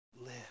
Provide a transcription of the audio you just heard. live